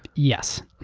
yes.